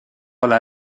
alla